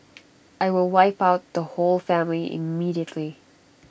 I will wipe out the whole family immediately